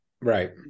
Right